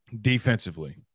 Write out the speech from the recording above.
defensively